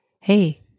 Hey